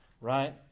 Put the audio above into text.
right